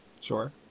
Sure